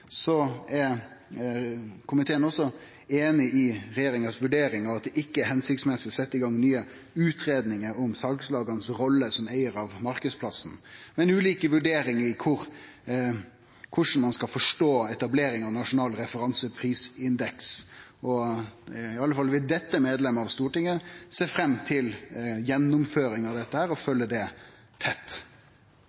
er komiteen også einig i regjeringa si vurdering av at det ikkje er hensiktsmessig å setje i gang nye utgreiingar om rolla salslaga har som eigar av marknadsplassen, men ulike vurderingar av korleis ein skal forstå etablering av nasjonal referanseprisindeks. Iallfall denne medlemen av Stortinget vil sjå fram til gjennomføring av dette og